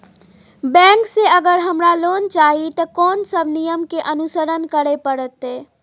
Bank से अगर हमरा लोन चाही ते कोन सब नियम के अनुसरण करे परतै?